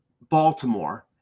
Baltimore –